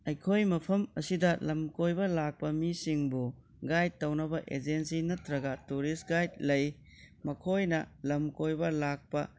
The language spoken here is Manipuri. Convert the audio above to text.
ꯑꯩꯈꯣꯏ ꯃꯐꯝ ꯑꯁꯤꯗ ꯂꯝ ꯀꯣꯏꯕ ꯂꯥꯛꯄ ꯁꯤꯡꯕꯨ ꯒꯥꯏꯗ ꯇꯧꯅꯕ ꯑꯦꯖꯦꯟꯠꯁꯤ ꯅꯠꯇꯔꯒ ꯇꯨꯔꯤꯁꯠ ꯒꯥꯏꯗ ꯂꯩ ꯃꯈꯣꯏꯅ ꯂꯝ ꯀꯣꯏꯕ ꯂꯥꯛꯄ